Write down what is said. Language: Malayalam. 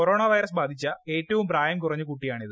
കൊറോണ വൈറസ് ബാധിച്ച ഏറ്റവും പ്രായം കുറഞ്ഞ കുട്ടിയാണിത്